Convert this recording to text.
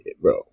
bro